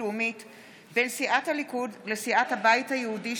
לאומית בין סיעת הליכוד לסיעת הבית היהודי,